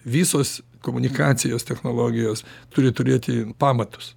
visos komunikacijos technologijos turi turėti pamatus